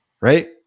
right